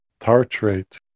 tartrate